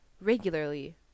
regularly